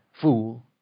fool